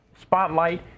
spotlight